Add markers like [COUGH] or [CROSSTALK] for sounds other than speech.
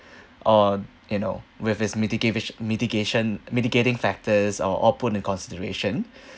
[BREATH] uh you know with this mitigati~ mitigation mitigating factors or output and consideration [BREATH]